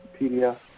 PDF